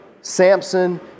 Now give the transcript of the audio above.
Samson